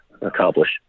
accomplish